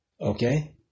Okay